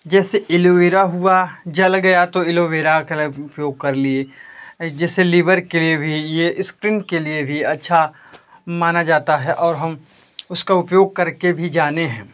जैसे aloe vera हुआ जल गया तो एलो वेरा कलव उपयोग कर लिए जैसे लीवर के भी यह स्क्रीन के लिए भी अच्छा माना जाता है और हम उसका उपयोग करके भी जाने हैं